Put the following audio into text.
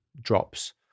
drops